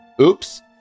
Oops